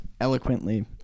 eloquently